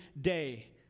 day